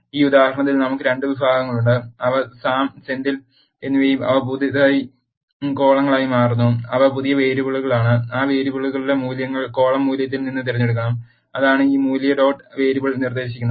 ഈ ഉദാഹരണത്തിൽ നമുക്ക് 2 വിഭാഗങ്ങളുണ്ട് അവ സാം സെന്തിൽ എന്നിവയും അവ പുതിയ കോളങ്ങളായി മാറുന്നു അവ പുതിയ വേരിയബിളുകളാണ് ആ വേരിയബിളുകളുടെ മൂല്യങ്ങൾ കോളം മൂല്യത്തിൽ നിന്ന് തിരഞ്ഞെടുക്കണം അതാണ് ഈ മൂല്യ ഡോട്ട് വേരിയബിൾ നിർദ്ദേശിക്കുന്നത്